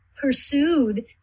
pursued